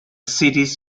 city